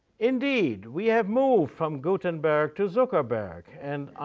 indeed, we have moved from gutenberg to zuckerberg and,